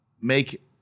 make